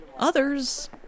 Others